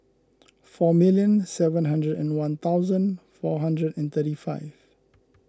four million seven hundred and one thousand four hundred and thirty five